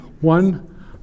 One